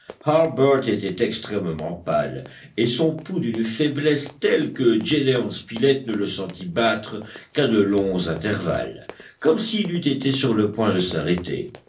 était extrêmement pâle et son pouls d'une faiblesse telle que gédéon spilett ne le sentit battre qu'à de longs intervalles comme s'il eût été sur le point de s'arrêter